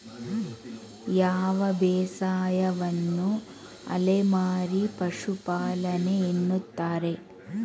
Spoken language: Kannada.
ಯಾವ ಬೇಸಾಯವನ್ನು ಅಲೆಮಾರಿ ಪಶುಪಾಲನೆ ಎನ್ನುತ್ತಾರೆ?